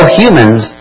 humans